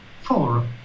Four